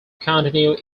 continue